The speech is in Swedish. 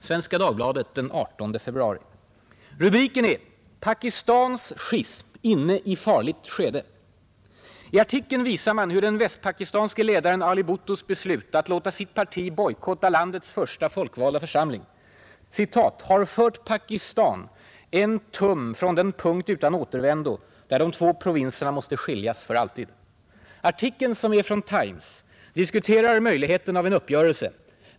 Svenska Dagbladet den 18 februari — rubriken är: ”Pakistans schism inne i farligt skede”. I artikeln visar man hur den västpakistanske ledaren Ali Bhuttos beslut att låta sitt parti bojkotta landets första folkvalda församling ”har fört Pakistan en tum från den punkt utan återvändo där de två provinserna måste skiljas för alltid”. Artikeln, som är från Times, diskuterar möjligheten av en uppgörelse.